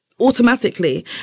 Automatically